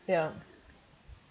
ya